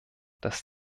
dass